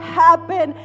happen